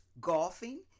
golfing